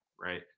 Right